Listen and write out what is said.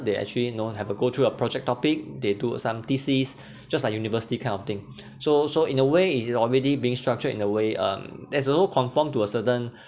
they actually known have a go through a project topic they do some theses just like university kind of thing so so in a way is is already being structured in a way um there's also confirmed to a certain